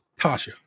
Tasha